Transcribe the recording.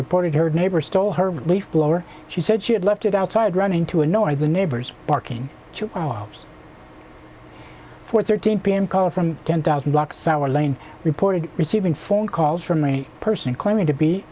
reported her neighbor stole her leaf blower she said she had left it outside running to annoy the neighbors barking two hours for thirteen pm call from ten thousand blocks our line reported receiving phone calls from a person claiming to be